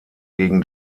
gegen